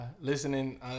listening